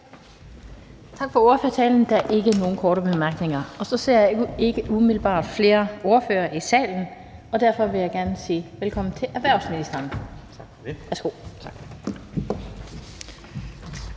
Tak for ordførertalen. Der er ikke nogen korte bemærkninger. Jeg ser ikke umiddelbart flere ordførere i salen, og derfor vil jeg gerne sige velkommen til erhvervsministeren. Værsgo. Kl.